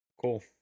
cool